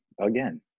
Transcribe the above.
again